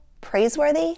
praiseworthy